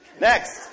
Next